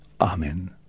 Amen